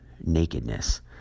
nakedness